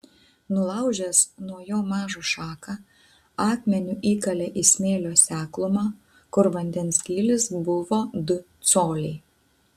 nulaužęs nuo jo mažą šaką akmeniu įkalė į smėlio seklumą kur vandens gylis buvo du coliai